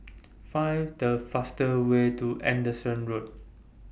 Find The fastest Way to Anderson Road